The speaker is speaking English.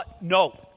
No